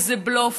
זה בלוף,